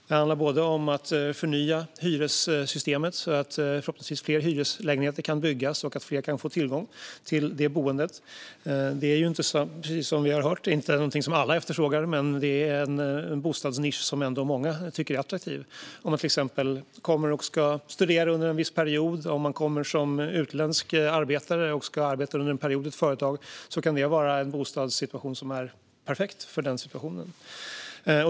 Det handlar både om att förnya hyressystemet, så att förhoppningsvis fler hyreslägenheter kan byggas, och att fler ska kunna få tillgång till detta boende. Precis som vi har hört är det inte någonting som alla efterfrågar, men det är ändå en bostadsnisch som många tycker är attraktiv. Om man till exempel kommer och ska studera under en viss period, eller om man kommer som utländsk arbetare och ska arbeta under en period i ett företag, kan det vara en typ av bostad som är perfekt för denna situation.